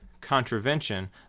contravention